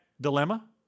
dilemma